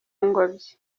ngobyi